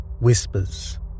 whispers